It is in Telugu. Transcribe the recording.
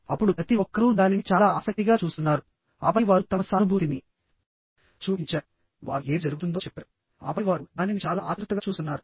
అప్పుడు ప్రతి ఒక్కరూ దానిని చాలా ఆసక్తిగా చూస్తున్నారుఆపై వారు తమ సానుభూతిని చూపించారువారు ఏమి జరుగుతుందో చెప్పారుఆపై వారు దానిని చాలా ఆత్రుతగా చూస్తున్నారు